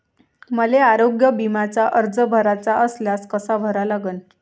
मले आरोग्य बिम्याचा अर्ज भराचा असल्यास कसा भरा लागन?